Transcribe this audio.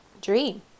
dream